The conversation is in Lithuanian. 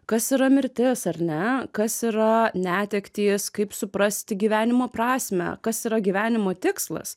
kas yra mirtis ar ne kas yra netektys kaip suprasti gyvenimo prasmę kas yra gyvenimo tikslas